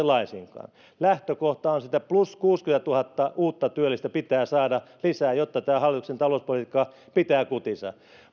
laisinkaan lähtökohta on se että plus kuusikymmentätuhatta uutta työllistä pitää saada lisää jotta tämä hallituksen talouspolitiikka pitää kutinsa